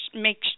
make